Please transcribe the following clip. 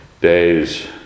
days